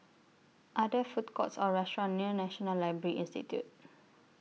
Are There Food Courts Or restaurants near National Library Institute